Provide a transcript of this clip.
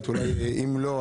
אם לא,